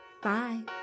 Bye